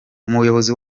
ubuyobozi